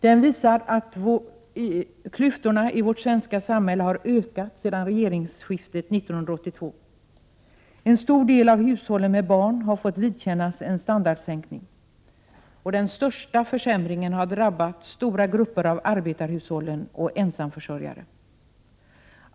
Den visar att klyftorna i vårt svenska samhälle har ökat sedan regeringsskiftet 1982. En stor del av hushållen med barn har fått vidkännas en standardsänkning. Den största försämringen har drabbat stora grupper av arbetarhushåll och ensamförsörjare.